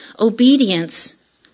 obedience